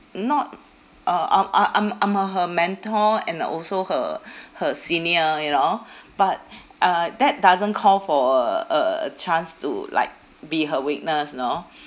not uh I'm I'm I'm I'm her her mentor and also her her senior you know but uh that doesn't call for a a a a chance to like be her witness you know